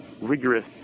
rigorous